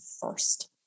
first